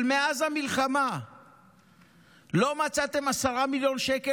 אבל מאז המלחמה לא מצאתם 10 מיליון שקל